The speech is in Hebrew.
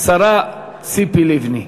השרה ציפי לבני.